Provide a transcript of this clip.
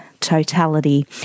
totality